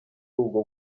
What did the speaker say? ubwo